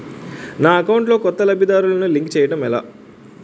నా అకౌంట్ లో కొత్త లబ్ధిదారులను లింక్ చేయటం ఎలా?